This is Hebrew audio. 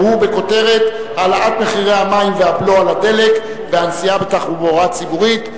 והיא בכותרת: העלאת מחירי המים והבלו על הדלק והנסיעה בתחבורה הציבורית.